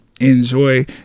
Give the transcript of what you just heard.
enjoy